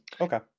Okay